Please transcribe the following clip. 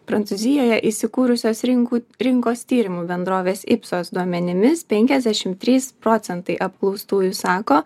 prancūzijoje įsikūrusios rinkų rinkos tyrimų bendrovės ipsos duomenimis penkiasdešimt trys procentai apklaustųjų sako